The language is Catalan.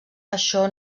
això